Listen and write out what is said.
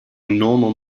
normal